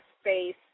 space